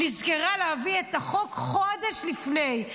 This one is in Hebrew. היא נזכרה להביא את החוק חודש לפני,